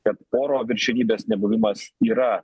kad oro viršenybės nebuvimas yra